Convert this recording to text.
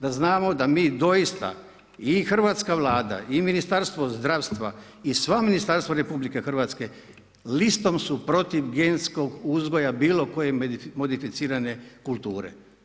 Da znamo, da mi doista i Hrvatska vlada i Ministarstvo zdravstva i sva ministarstva RH listom su protiv genskog uzgoja bilo koje modificirane kulture.